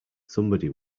somebody